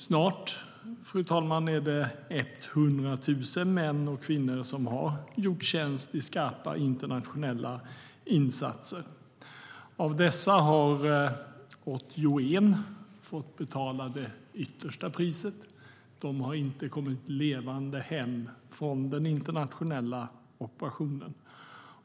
Snart, fru talman, är det 100 000 män och kvinnor som har gjort tjänst i skarpa internationella insatser. Av dessa har 81 fått betala det yttersta priset. De har inte kommit levande hem från den internationella operationen.